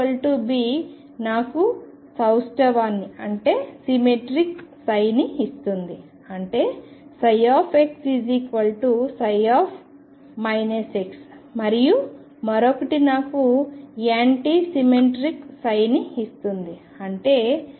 AB నాకు సౌష్టవాన్నిసిమెట్రిక్ ψ ని ఇస్తుంది అంటే ψψ మరియు మరొకటి నాకు యాంటీ సిమెట్రిక్ ψ ని ఇస్తుంది అంటే ψ ψ